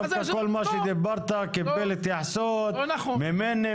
דווקא כל מה שדיברת קיבל התייחסות ממני,